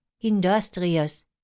industrious